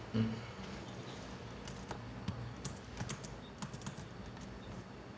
mm